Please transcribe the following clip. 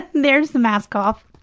there's the mask off.